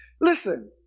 Listen